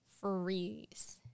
freeze